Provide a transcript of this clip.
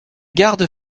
gardes